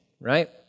right